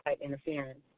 interference